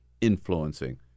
influencing